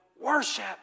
worship